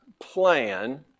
plan